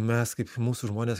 mes kaip mūsų žmonės